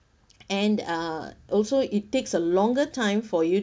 and uh also it takes a longer time for you